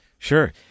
Sure